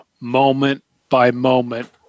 moment-by-moment